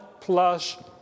plus